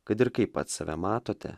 kad ir kaip pats save matote